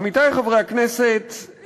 עמיתי חברי הכנסת,